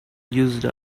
used